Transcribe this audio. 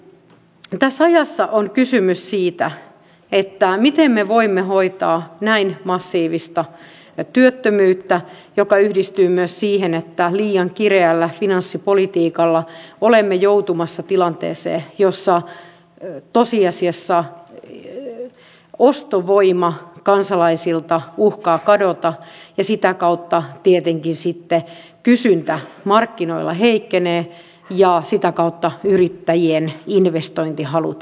tässä ajassa on kysymys siitä miten me voimme hoitaa näin massiivista työttömyyttä joka yhdistyy myös siihen että liian kireällä finanssipolitiikalla olemme joutumassa tilanteeseen jossa tosiasiassa ostovoima kansalaisilta uhkaa kadota ja sitä kautta tietenkin kysyntä markkinoilla heikkenee ja sitä kautta yrittäjien investointihalut vähenevät